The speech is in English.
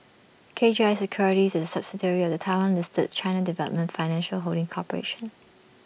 K G I securities is A subsidiary of the Taiwan listed China development financial holding corporation